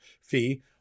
fee